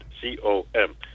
C-O-M